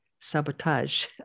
sabotage